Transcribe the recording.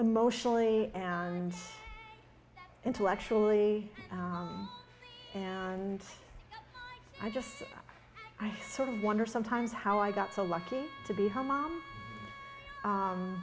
emotionally and intellectually and i just i wonder sometimes how i got so lucky to be home